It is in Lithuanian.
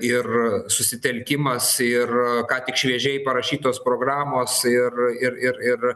ir susitelkimas ir ką tik šviežiai parašytos programos ir ir ir ir